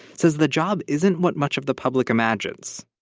said the job isn't what much of the public imagines.